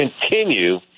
continue